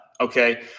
okay